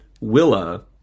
Willa